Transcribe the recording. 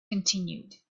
continued